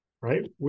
Right